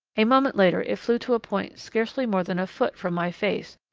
a moment later it flew to a point scarcely more than a foot from my face,